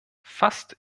fast